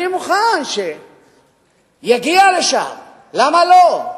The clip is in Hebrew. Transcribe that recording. אני מוכן שיגיע לשם, למה לא?